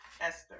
Esther